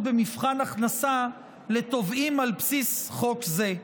במבחן הכנסה לתובעים על בסיס חוק זה.